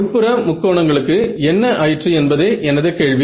உட்புற முக்கோணங்களுக்கு என்ன ஆயிற்று என்பதே எனது கேள்வி